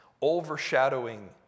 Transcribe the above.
overshadowing